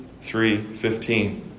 3.15